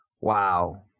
Wow